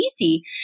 easy